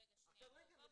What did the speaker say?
רגע --- לא,